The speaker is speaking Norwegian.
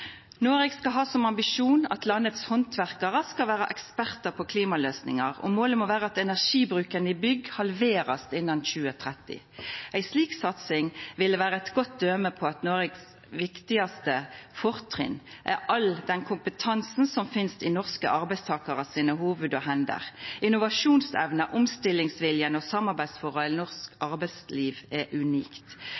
Noreg skal ha som ambisjon at landets handverkarar skal vera ekspertar på klimaløysingar, og målet må vera at energibruken i bygg blir halvert innan 2030. Ei slik satsing ville vera eit godt døme på at Noregs viktigaste fortrinn er all den kompetansen som finst i hovuda og hendene til norske arbeidstakarar, og innovasjonsevna og omstillingsviljen og samarbeidsforholda i norsk